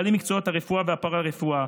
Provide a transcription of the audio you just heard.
בעלי מקצועות הרפואה והפארה-רפואה,